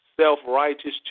self-righteous